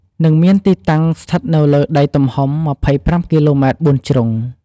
និងមានទីតាំងស្ថិតនៅលើដីទំហំ ២៥គីឡូម៉ែត្របួនជ្រុង។